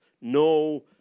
no